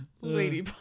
Lady